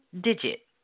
digit